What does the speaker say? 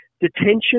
Detention